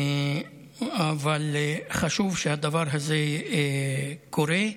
אבל חשוב שהדבר הזה קורה.